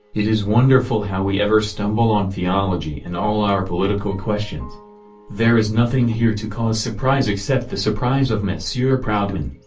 it is wonderful how we ever stumble on theology in all our political questions there is nothing here to cause surprise except the surprise of monsieur proudhon.